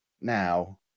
now